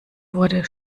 wurde